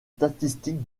statistiques